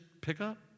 pickup